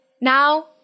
Now